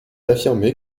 affirmé